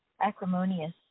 Acrimonious